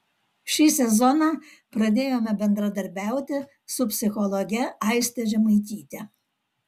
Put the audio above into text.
šį sezoną pradėjome bendradarbiauti su psichologe aiste žemaityte